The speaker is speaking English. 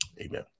Amen